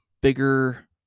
bigger